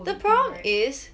the problem is